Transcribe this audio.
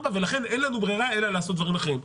4 ולכן אין לנו ברירה אלא לעשות דברים אחרים.